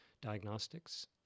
diagnostics